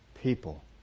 people